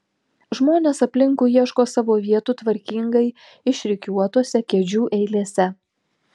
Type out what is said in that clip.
žmonės aplinkui ieško savo vietų tvarkingai išrikiuotose kėdžių eilėse